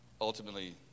ultimately